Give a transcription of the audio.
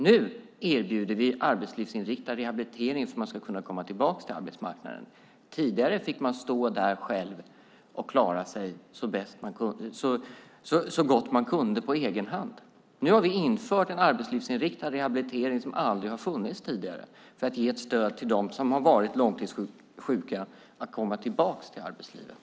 Nu erbjuder vi arbetslivsinriktad rehabilitering så att man kan komma tillbaka till arbetsmarknaden. Tidigare fick man stå där själv och klara sig så gott man kunde på egen hand. Nu har vi infört en arbetslivsinriktad rehabilitering som aldrig har funnits tidigare för att ge ett stöd till dem som har varit långtidssjuka att komma tillbaka till arbetslivet.